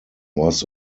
was